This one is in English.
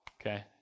okay